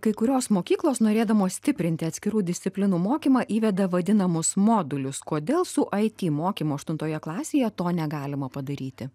kai kurios mokyklos norėdamos stiprinti atskirų disciplinų mokymą įveda vadinamus modulius kodėl su ai ty mokymo aštuntoje klasėje to negalima padaryti